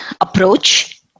approach